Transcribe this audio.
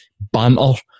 banter